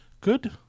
Good